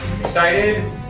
excited